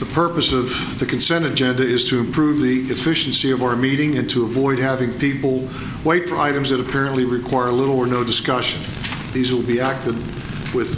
the purpose of the consent to jeddah is to improve the efficiency of our meeting and to avoid having people wait for items that apparently require little or no discussion these will be acted with